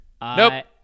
Nope